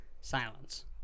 silence